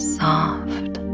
soft